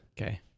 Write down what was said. okay